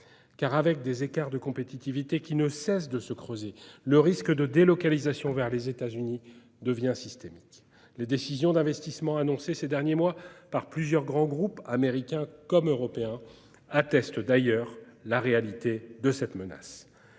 Alors que les écarts de compétitivité ne cessent de se creuser, le risque de délocalisation vers les États-Unis devient en effet systémique. Les décisions d'investissement annoncées ces derniers mois par plusieurs grands groupes américains comme européens attestent d'ailleurs de la réalité de cette menace.